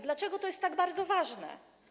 Dlaczego to jest tak bardzo ważne?